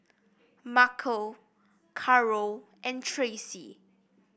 Markell Karol and Tracy